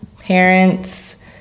Parents